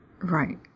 Right